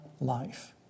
life